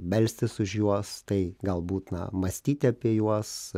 melstis už juos tai galbūt na mąstyti apie juos